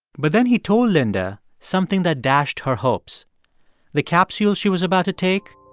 but then he told linda something that dashed her hopes the capsules she was about to take,